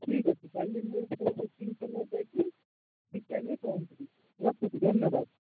ଠିକ୍ ଅଛି କାଲି ମୁଁ ମୋ ଯେତିକି ସମୟ ଯାଇକି ଠିକ୍ ଟାଇମ୍ରେ ପହଞ୍ଚିବି ରଖୁଛି ଧନ୍ୟବାଦ